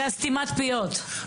זה סתימת הפיות.